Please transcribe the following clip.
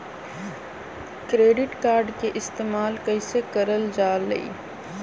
Credit card के इस्तेमाल कईसे करल जा लई?